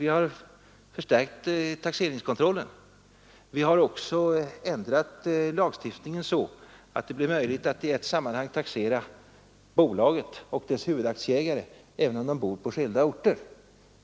Vi har förstärkt taxeringskontrollen, vi har också ändrat lagstiftningen så, att det blir möjligt att i ett sammanhang taxera bolaget och dess huvudaktieägare även om de bor på skilda orter.